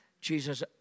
Jesus